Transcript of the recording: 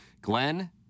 Glenn